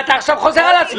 אתה חוזר על עצמך.